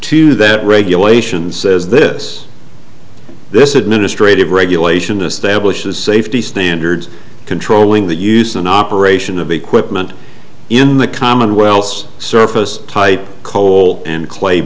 to that regulation says this this administrative regulation establishes safety standards controlling that use an operation of equipment in the commonwealth's surface type coal and clay